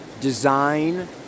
design